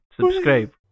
Subscribe